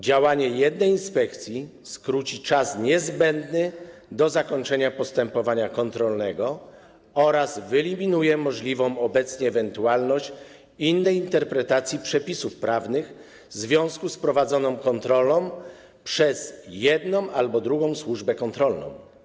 Działanie jednej inspekcji skróci czas niezbędny do zakończenia postępowania kontrolnego oraz wyeliminuje możliwą obecnie ewentualność innej interpretacji przepisów prawnych w związku z kontrolą prowadzoną przez jedną albo drugą służbę kontrolną.